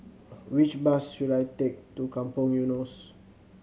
which bus should I take to Kampong Eunos